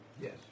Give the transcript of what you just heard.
Yes